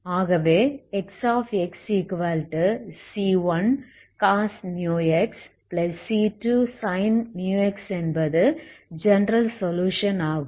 ஆகவே Xxc1cos μx c2sin μx என்பது general solution ஆகும்